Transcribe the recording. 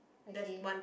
okay